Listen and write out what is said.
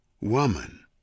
Woman